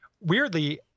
weirdly